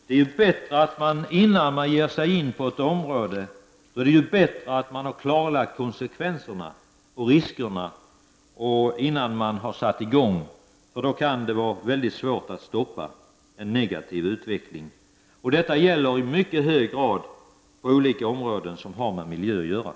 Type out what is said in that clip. Det är bättre att konsekvenserna och riskerna klarläggs innan man sätter i gång och ger sig in på ett område, för sedan kan det vara väldigt svårt att stoppa en negativ utveckling. Detta gäller i mycket hög grad inom olika områden som har med miljö att göra.